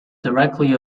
directly